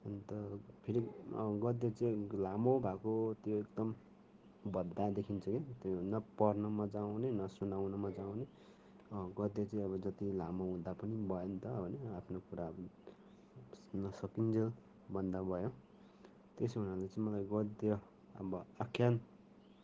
अन्त फेरि गद्य चाहिँ लामो भएको त्यो एकदम भद्दा देखिन्छ कि त्यो न पढ्नु मजा आउने न सुनाउनु मजा आउने गद्य चाहिँ अब जति लामो हुँदा पनि भयो नि त होइन आफ्नो कुराहरू नसकिन्जेल भन्दा भयो त्यसो हुनाले चाहिँ मलाई गद्य अब आख्यान